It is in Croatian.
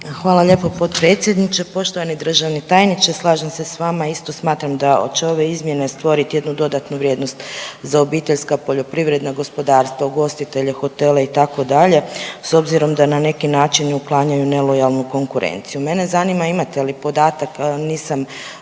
Hvala lijepa potpredsjedniče. Poštovani državni tajniče slažem se s vama, isto smatram da će ove izmjene stvoriti jednu dodatnu vrijednost za obiteljska poljoprivredna gospodarstva, ugostitelje, hotele itd. s obzirom da neki način i uklanjaju nelojalnu konkurenciju. Mene zanima imate li podatak, nisam